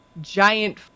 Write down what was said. giant